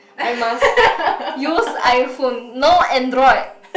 I must use iPhone no android